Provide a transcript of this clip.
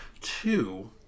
Two